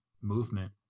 movement